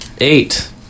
Eight